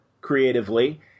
creatively